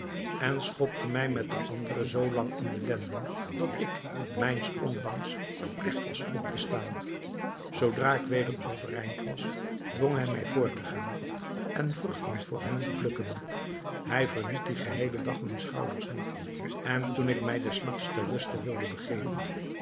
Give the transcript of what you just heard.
en schopte mij met den anderen zoo lang in de lenden dat ik mijns ondanks verpligt was op te staan zoodra ik weder overeind was dwong hij mij voort te gaan en vruchten voor hem te plukken hij verliet dien geheelen dag mijne schouders niet en toen ik mij des nachts ter ruste wilde begeven